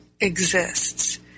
exists